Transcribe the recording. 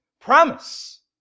promise